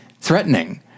threatening